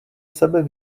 sebe